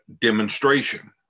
demonstration